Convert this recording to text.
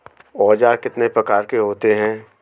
औज़ार कितने प्रकार के होते हैं?